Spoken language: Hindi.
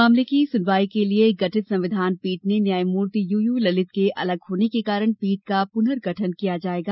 मामले की सुनवाई के लिए गठित संविधान पीठ से न्यायमूर्ति यूयू ललित के अलग होने के कारण पीठ का पुनर्गठन किया जाएगा